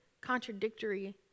contradictory